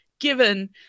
given